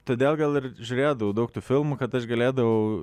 todėl gal ir žiūrėdavau daug tų filmų kad aš galėdavau